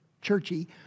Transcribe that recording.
churchy